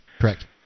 correct